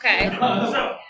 Okay